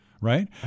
right